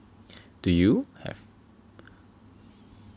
do you have